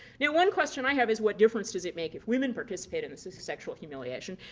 now one question i have is what difference does it make if women participate in sexual humiliation?